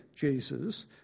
Jesus